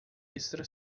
extra